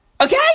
okay